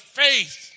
faith